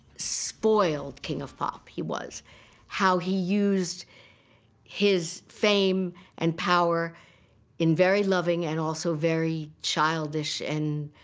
spoiled king of pop he was how he used his fame and power in very loving and also very childish and